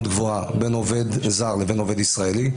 גבוהה בין עובד זר לבין עובד ישראלי,